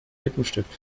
lippenstift